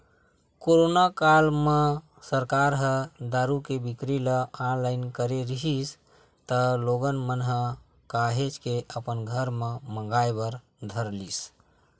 corona काल म सरकार ह दारू के बिक्री ल ऑनलाइन करे रिहिस त लोगन मन ह काहेच के अपन घर म मंगाय बर धर लिस